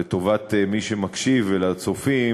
לטובת מי שמקשיב ולצופים,